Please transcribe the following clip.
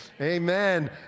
amen